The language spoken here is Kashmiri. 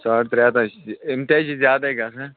ساڑ ترٛےٚ ہَتھ حظ چھِ یِم تہِ حظ چھِ زیادٕے گژھان